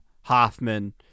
Hoffman